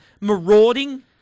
marauding